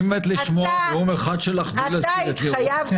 אני מת לשמוע נאום אחד שלך בלי להזכיר את ניר אורבך.